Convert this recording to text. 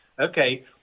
Okay